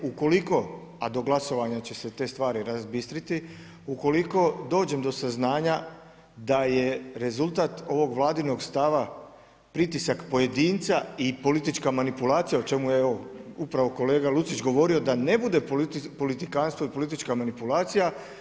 Ukoliko, a do glasovanja će se te stvari razbistriti, ukoliko dođem do saznanja da je rezultat ovog vladinog stava pritisak pojedinca i politička manipulacija, o čemu je upravo kolega Lucić govorio, da ne bude politikantstvo i politička manipulacija.